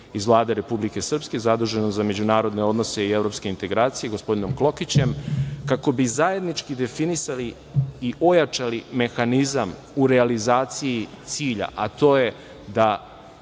Vlade Republike Srpske, zaduženom za međunarodne odnose i Evropske integracije, gospodinom Klokićem, kako bi zajednički definisali i ojačali mehanizam u realizaciji cilja a to je da